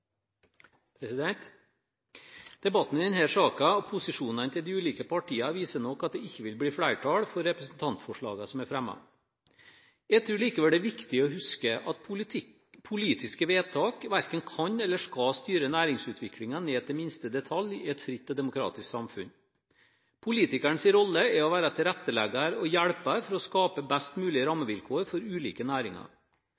minutter. Debatten i denne saken og posisjonene til de ulike partiene viser nok at det ikke vil bli flertall for representantforslagene som er fremmet. Jeg tror likevel det er viktig å huske at politiske vedtak verken kan eller skal styre næringsutviklingen ned til minste detalj i et fritt og demokratisk samfunn. Politikerens rolle er å være tilrettelegger og hjelper for å skape best mulige